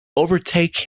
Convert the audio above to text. overtake